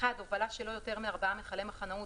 הובלה של לא יותר מארבעה מכלי מחנאות